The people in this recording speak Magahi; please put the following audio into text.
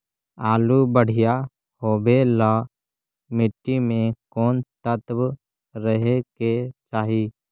आलु बढ़िया होबे ल मट्टी में कोन तत्त्व रहे के चाही?